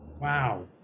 Wow